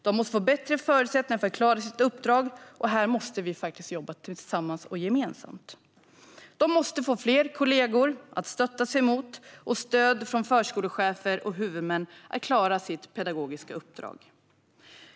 De måste få bättre förutsättningar för att klara sitt uppdrag. Här måste vi jobba tillsammans och gemensamt. De måste få fler kollegor att stötta sig mot och stöd från förskolechefer och huvudmän för att de ska klara sitt pedagogiska uppdrag.